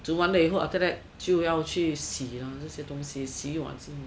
煮完了以后 after that 就要去洗这些东西洗碗